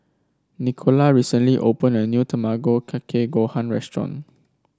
Nicola recently opened a new Tamago Kake Gohan restaurant